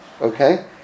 okay